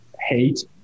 hate